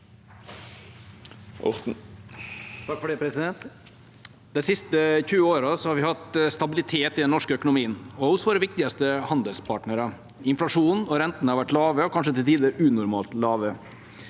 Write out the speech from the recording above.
De siste 20 årene har vi hatt stabilitet i den norske økonomien og hos våre viktigste handelspartnere. Inflasjonen og rentene har vært lave og til tider kanskje unormalt lave.